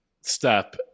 step